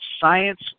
science